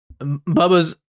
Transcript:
Bubba's